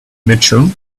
mitchell